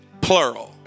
plural